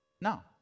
No